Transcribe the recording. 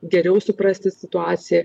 geriau suprasti situaciją